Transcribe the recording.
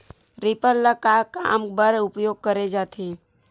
Reaper ल का काम बर उपयोग करे जाथे?